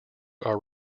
are